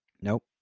Nope